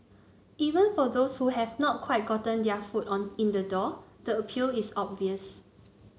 even for those who have not quite gotten their foot on in the door the appeal is obvious